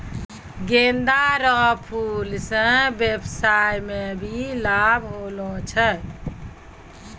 गेंदा रो फूल से व्यबसाय मे भी लाब होलो छै